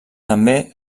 també